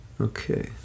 Okay